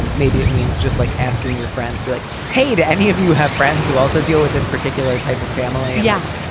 maybe it means just like asking your friends be like, hey, to any of you have friends who also deal with this particular type of family. yeah.